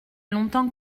longtemps